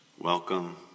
Welcome